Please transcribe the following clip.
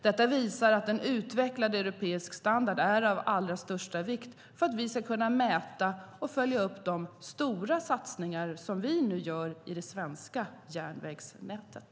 Detta visar att en utvecklad europeisk standard är av allra största vikt för att vi ska kunna mäta och följa upp de stora satsningar som vi nu gör i det svenska järnvägsnätet.